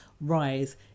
rise